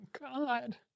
God